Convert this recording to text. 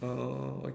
oh